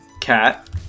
Cat